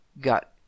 got